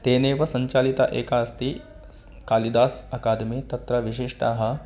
तेनैव सञ्चालिता एका अस्ति सः कालिदासः अकादमि तत्र विशिष्टः